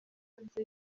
hanze